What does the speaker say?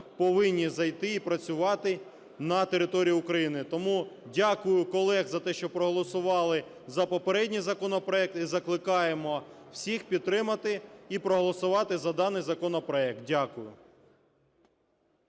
повинні зайти і працювати на території України. Тому дякую колегам за те, що проголосували за попередній законопроект. І закликаємо всіх підтримати і проголосувати за даний законопроект. Дякую.